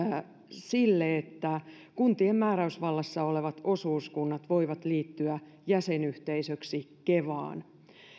sille että kuntien määräysvallassa olevat osuuskunnat voivat liittyä jäsenyhteisöiksi kevaan